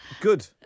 Good